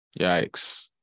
Yikes